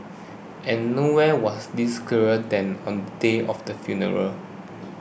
and nowhere was this clearer than on the day of the funeral